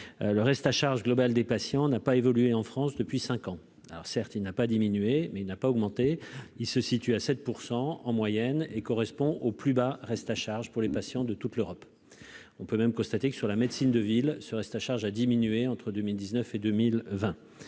le reste à charge globale des patients n'a pas évolué en France depuis 5 ans, alors certes, il n'a pas diminué mais il n'a pas augmenté, il se situe à 7 % en moyenne et correspond au plus bas reste à charge pour les patients de toute l'Europe, on peut même constater que sur la médecine de ville, ce reste à charge a diminué entre 2000 19 et 2020,